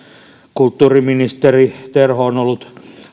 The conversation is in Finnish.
kulttuuriministeri terho on ollut